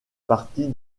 partie